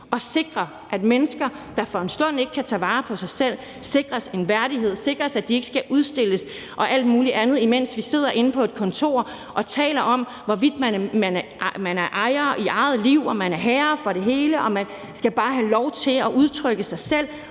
at sikre, at mennesker, der for en stund ikke kan tage vare på sig selv, sikres en værdighed, sikres, at de ikke skal udstilles og alt muligt andet, imens vi sidder inde på et kontor og taler om, hvorvidt man er ejer af eget liv og man er herre for det hele, og man skal bare have lov til at udtrykke sig selv